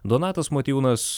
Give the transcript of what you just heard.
donatas motiejūnas